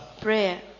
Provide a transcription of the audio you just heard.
Prayer